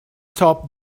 topped